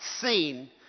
seen